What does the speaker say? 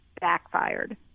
backfired